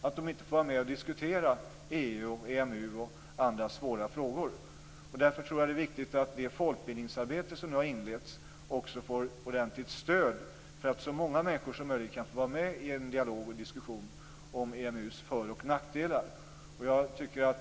De får inte vara med och diskutera EU, EMU och andra svåra frågor. Därför är det viktigt att det folkbildningsarbete som nu har inletts får ordentligt stöd, så att så många människor som möjligt kan vara med i en diskussion om EMU:s för och nackdelar.